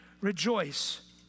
rejoice